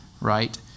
right